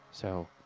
so,